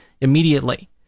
immediately